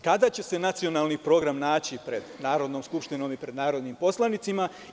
Kada će se nacionalni program naći pred Narodnom skupštinom i pred narodnim poslanicima?